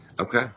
Okay